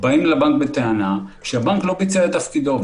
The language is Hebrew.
יבואו לבנק בטענה שהבנק לא ביצע את תפקידו,